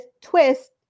twist